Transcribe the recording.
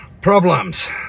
problems